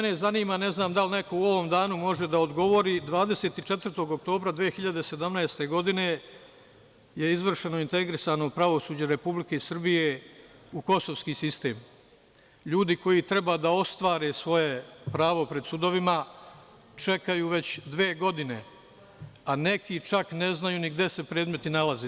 Ne znam da li neko u ovom danu može da odgovori – 24. oktobra 2017. godine izvršeno je integrisano pravosuđe Republike Srbije u kosovski sistem, ljudi koji treba da ostvare svoje pravo pred sudovima čekaju već dve godine, a neki čak ne znaju gde se predmeti nalaze.